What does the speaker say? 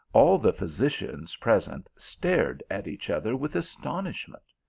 all the physicians present stared at each other with astonishment.